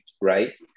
right